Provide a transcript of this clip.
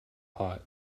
pot